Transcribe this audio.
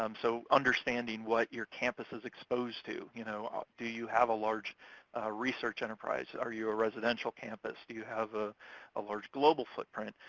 um so understanding what your campus is exposed to. you know do you have a large research enterprise? are you a residential campus? do you have a a large global footprint?